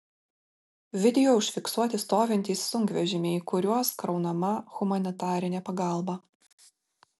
video užfiksuoti stovintys sunkvežimiai į kuriuos kraunama humanitarinė pagalba